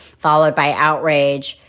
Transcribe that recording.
followed by outrage,